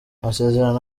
amasezerano